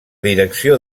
direcció